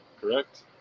correct